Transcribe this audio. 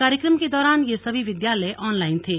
कार्यक्रम के दौरान ये सभी विद्यालय ऑनलाईन थे